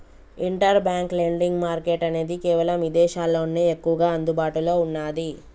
inter bank lending market అనేది కేవలం ఇదేశాల్లోనే ఎక్కువగా అందుబాటులో ఉన్నాది